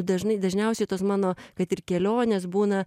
dažnai dažniausiai tos mano kad ir kelionės būna